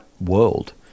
world